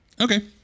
Okay